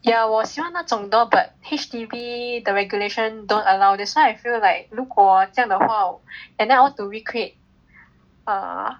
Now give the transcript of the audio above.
ya 我喜欢那种 door but H_D_B the regulation don't allow that's why I feel like 如果这样的话 and then I want to recreate err